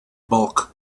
bulk